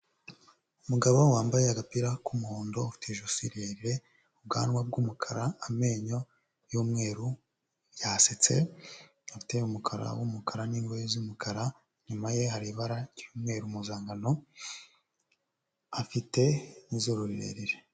Umugabo wambaye agapira k'umuhondo ufite ijosi rirerire, ubwanwa bw'umukara, amenyo y'umweru yasetse, afite umukara w'umukara n'ingohe z'umukara, inyuma ye hari ibara ry'umweru mpuzankano, afite n'izuru rirerire.